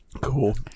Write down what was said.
Cool